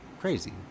crazy